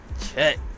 check